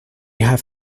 have